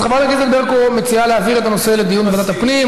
אז חברת הכנסת ברקו מציעה להעביר את הנושא לדיון בוועדת הפנים.